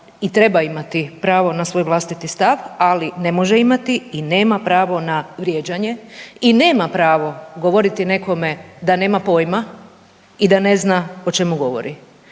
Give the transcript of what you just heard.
i treba imati pravo na svoj vlastiti stav, ali ne može imati i nema pravo na vrijeđanje i nema pravo govoriti nekome da nema pojma i da ne zna o čemu govori.